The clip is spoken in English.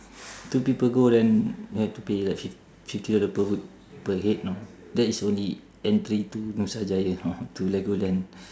two people go then you have to pay like like fif~ fifty dollar per week per head know that is only entry to nusajaya not to Legoland